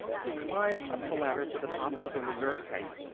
he climbed up the ladder to the top of the reserve tank,